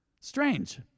Strange